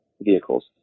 vehicles